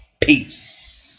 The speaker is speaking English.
Peace